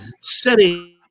setting